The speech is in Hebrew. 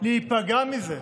להיפגע מזה,